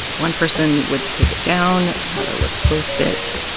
one person would take it down another would post it.